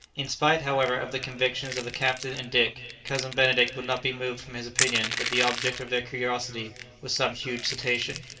in spite, however, of the convictions of the captain and dick, cousin benedict would not be moved from his opinion that the object of their curiosity was some huge cetacean.